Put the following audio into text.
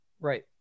Right